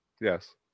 Yes